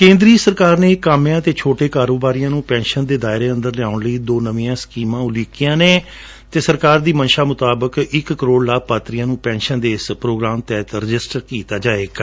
ਕੇਂਦਰੀ ਸਰਕਾਰ ਨੇ ਕਾਮਿਆਂ ਅਤੇ ਛੋਟੇ ਕਾਰੋਬਾਰੀਆਂ ਨੂੰ ਪੈਂਸ਼ਨ ਦੇ ਦਾਇਰੇ ਅੰਦਰ ਲਿਆਉਣ ਲਈ ਦੋ ਨਵੀਆਂ ਸਕੀਮਾਂ ਉਲੀਕੀਆਂ ਨੇ ਅਤੇ ਸਰਕਾਰ ਦੀ ਮੰਸਾ ਮੁਤਾਬਕ ਇੱਕ ਕਰੋੜ ਲਾਭਪਾਤਰੀਆਂ ਨੂੰ ਪੈਂਨਸ਼ਨ ਦੇ ਇਸ ਪ੍ਰੋਗਰਾਮ ਤਹਿਤ ਰਜਿਸਟਰ ਕੀਤਾ ਜਾਵੇਗਾ